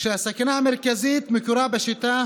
שהסכנה המרכזית מקורה בשיטת